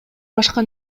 башка